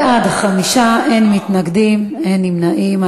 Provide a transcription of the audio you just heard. בעד, 5, אין מתנגדים ואין נמנעים.